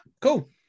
cool